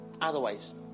otherwise